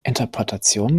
interpretationen